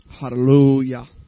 Hallelujah